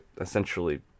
essentially